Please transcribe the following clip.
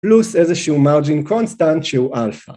‫פלוס איזשהו מרג'ין קונסטנט שהוא אלפא.